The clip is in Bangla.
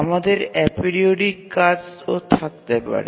আমাদের এপিওরিডিক কাজ থাকতে পারে